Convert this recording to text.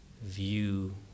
view